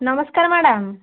ନମସ୍କାର ମାଡ଼ାମ୍